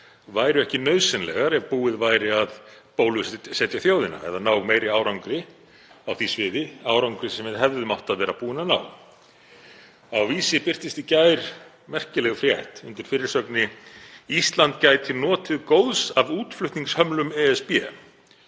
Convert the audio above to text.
væru ekki nauðsynlegar ef búið væri að bólusetja þjóðina eða ná meiri árangri á því sviði, árangri sem við hefðum átt að vera búin að ná. Á visir.is birtist í gær merkileg frétt undir fyrirsögninni: „Ísland gæti notið góðs af útflutningshömlum ESB“.